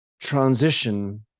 transition